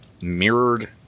mirrored